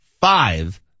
five